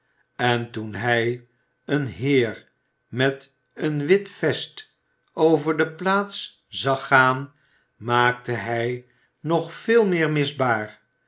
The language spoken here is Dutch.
en toen hij een heer met een wit vest over de plaats zag gaan maakte hij nog veel meer misbaar